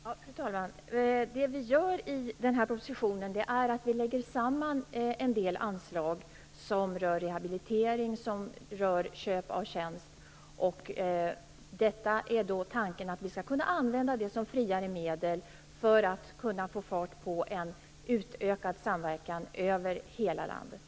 Fru talman! Det vi gör i den här propositionen är att vi lägger samman en del anslag som rör rehabilitering och köp av tjänst. Tanken är att vi skall kunna använda det som friare medel för att kunna få fart på en utökad samverkan över hela landet.